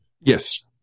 Yes